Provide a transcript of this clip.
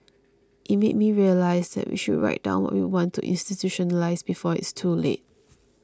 it made me realise that we should write down what we want to institutionalise before it's too late